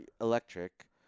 electric